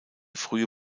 frühe